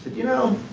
you know,